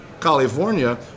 California